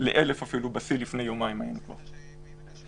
אלי אבידר ראשון.